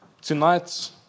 Tonight